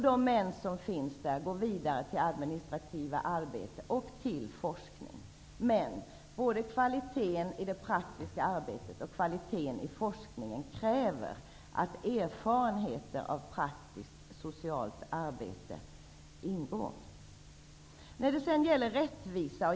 De män som finns där går vidare till administrativt arbete eller till forskning. Men både kvaliteten i det praktiska arbetet och kvaliteten i forskningen kräver att erfarenheter av praktiskt socialt arbete ingår.